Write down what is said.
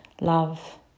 love